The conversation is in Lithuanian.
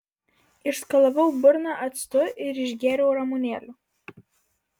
išskalavau burną actu ir išgėriau ramunėlių